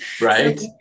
Right